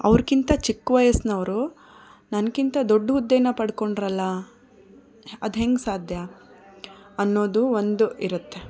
ಅವರ್ಗಿಂತ ಚಿಕ್ಕ ವಯಸ್ಸಿನವರು ನನಗಿಂತ ದೊಡ್ಡ ಹುದ್ದೆನ ಪಡ್ಕೊಂಡ್ರಲ್ಲ ಅದ್ಹೆಂಗೆ ಸಾಧ್ಯ ಅನ್ನೋದು ಒಂದು ಇರುತ್ತೆ